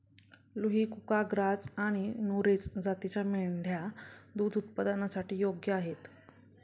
लुही, कुका, ग्राझ आणि नुरेझ जातींच्या मेंढ्या दूध उत्पादनासाठी योग्य आहेत